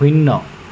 শূন্য